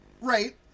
Right